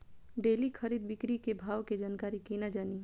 Daily खरीद बिक्री के भाव के जानकारी केना जानी?